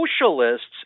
socialists